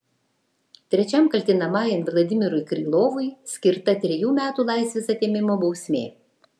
trečiam kaltinamajam vladimirui krylovui skirta trejų metų laisvės atėmimo bausmė